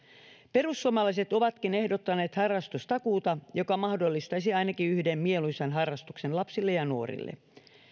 perussuomalaiset ovatkin ehdottaneet harrastustakuuta joka mahdollistaisi ainakin yhden mieluisan harrastuksen lapsille ja nuorille